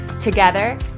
Together